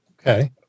Okay